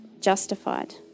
justified